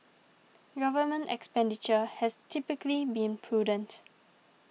government expenditure has typically been prudent